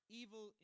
evil